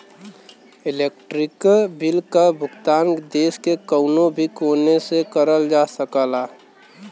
electronic bill क भुगतान देश के कउनो भी कोने से करल जा सकला